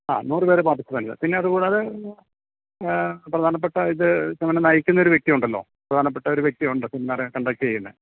ആ നൂറ് പേര് പാർട്ടിസിപൻറ്റ്സ് പിന്നത് കൂടാതെ പ്രധാനപ്പെട്ട ഇത് ഇപ്പം അങ്ങനെ നയിക്കുന്നൊരു വ്യക്തിയുണ്ടല്ലോ പ്രധാനപ്പെട്ടൊരു വ്യക്തിയുണ്ട് സെമിനാറ് കണ്ടക്റ്റ് ചെയ്യുന്നത്